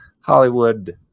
Hollywood